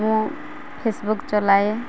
ମୁଁ ଫେସବୁକ୍ ଚଲାଏ